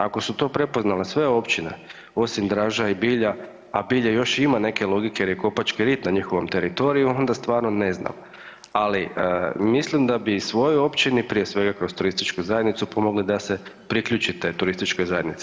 Ako su to prepoznale sve općine osim Draža i Bilja, a Bilje još ima neke logike jer je Kopački rit na njihovom teritoriju, onda stvarno ne znam, ali mislim da bi svojoj općini, prije svega kroz turističku zajednicu pomogli da se priključi toj turističkoj zajednici